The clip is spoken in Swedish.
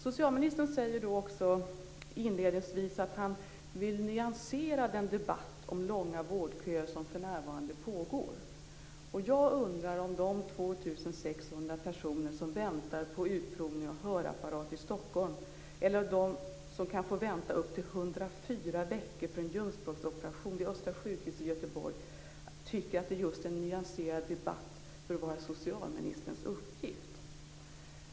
Socialministern säger också inledningsvis att han vill "nyansera den debatt om långa vårdköer som för närvarande pågår". Jag undrar om de 2 600 personer som väntar på utprovning av hörapparat i Stockholm eller de som kan få vänta upp till 104 veckor för en ljumskbråcksoperation vid Östra sjukhuset i Göteborg tycker att just en nyanserad debatt bör vara socialministerns uppgift.